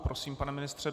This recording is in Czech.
Prosím, pane ministře.